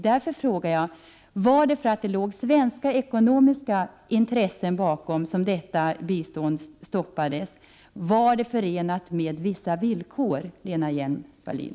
Jag frågar därför: Var det för att det låg svenska ekonomiska intressen bakom som detta bistånd stoppades? Var det förenat med vissa villkor, Lena Hjelm-Wallén?